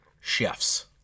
chefs